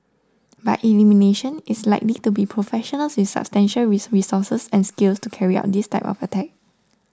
by elimination it's likely to be professionals with substantial resources and skills to carry out this type of attack